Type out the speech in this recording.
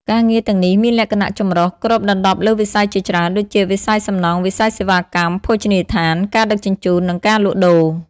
ការងារទាំងនេះមានលក្ខណៈ ចម្រុះ គ្របដណ្តប់លើវិស័យជាច្រើន ដូចជា វិស័យសំណង់ វិស័យសេវាកម្ម ភោជនីយដ្ឋាន ការដឹកជញ្ជូន និងការលក់ដូរ។